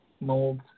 mold